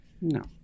No